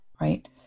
Right